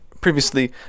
previously